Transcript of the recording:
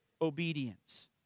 obedience